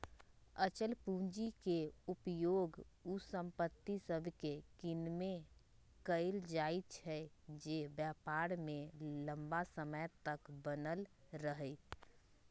अचल पूंजी के उपयोग उ संपत्ति सभके किनेमें कएल जाइ छइ जे व्यापार में लम्मा समय तक बनल रहइ